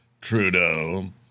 Trudeau